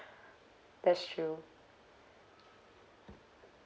that's true